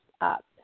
up